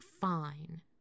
fine